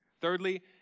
Thirdly